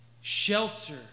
shelter